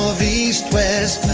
these